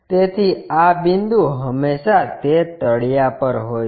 તેથી આ બિંદુ હંમેશાં તે તળીયા પર હોય છે